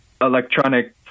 electronic